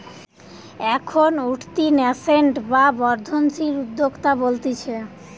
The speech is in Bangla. এখন উঠতি ন্যাসেন্ট বা বর্ধনশীল উদ্যোক্তা বলতিছে